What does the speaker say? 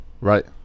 Right